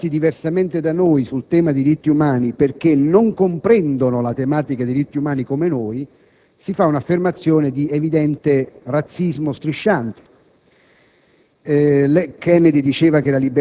hanno diritto a comportarsi diversamente da noi sul tema dei diritti umani, perché non comprendono la tematica dei diritti umani come noi, si fa un'affermazione di evidente razzismo strisciante.